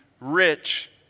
rich